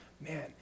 man